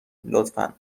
لطفا